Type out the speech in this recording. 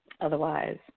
Otherwise